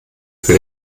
für